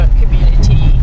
community